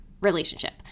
relationship